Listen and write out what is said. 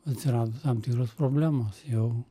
atsirado tam tikros problemos jau